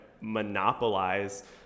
monopolize